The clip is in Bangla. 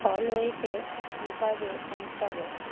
হলওয়েতে কীভাবে পৌঁছাবো